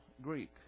Greek